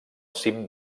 cim